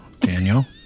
Daniel